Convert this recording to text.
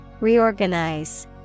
Reorganize